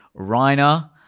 Reiner